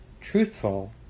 truthful